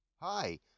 Hi